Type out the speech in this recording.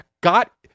Got